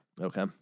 Okay